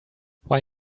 why